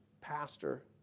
pastor